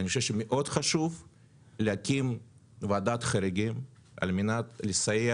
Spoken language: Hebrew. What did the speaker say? חשוב מאוד להקים ועדת חריגים על מנת לסייע